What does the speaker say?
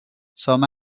some